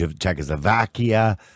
Czechoslovakia